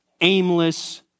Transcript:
aimless